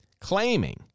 claiming